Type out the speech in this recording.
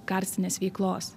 karstinės veiklos